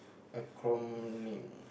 acronym